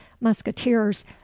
musketeers